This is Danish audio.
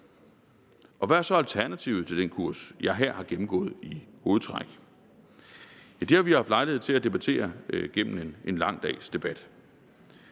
Hvad er så alternativet til den kurs, jeg her har gennemgået i hovedtræk? Det har vi jo haft lejlighed til at debattere igennem en lang dags debat.